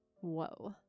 Whoa